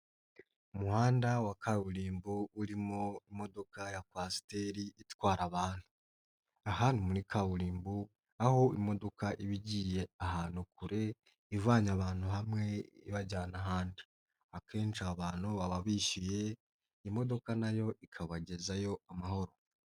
Umuhanda wa kaburimbo urimo imodoka ya kwasiteri itwara abantu. Aha ni muri kaburimbo aho imodoka iba igiye ahantu kure ivanye abantu hamwe ibajyana ahandi, akenshi abantu baba bishyuye imodoka nayo ikabagezayo amahoro.